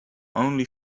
only